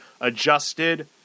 adjusted